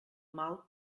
mal